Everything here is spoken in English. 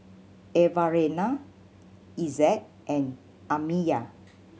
Evalena Essex and Amiya